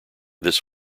this